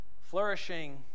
Flourishing